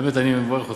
באמת, אני מברך אתכם.